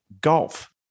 golf